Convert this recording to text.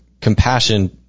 compassion